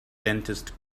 dentist